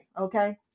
okay